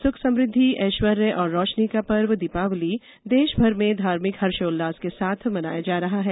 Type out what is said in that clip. सुख समृद्धि ऐश्वर्य और रौशनी का पर्व दीपावली देशभर में धार्मिक हर्षोल्लास के साथ मनाया जा रहा है